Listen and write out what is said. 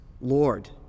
Lord